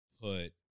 put